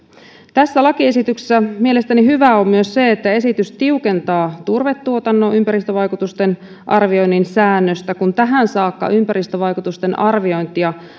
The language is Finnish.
tässä lakiesityksessä mielestäni hyvää on myös se että esitys tiukentaa turvetuotannon ympäristövaikutusten arvioinnin säännöstä kun tähän saakka ympäristövaikutusten arviointia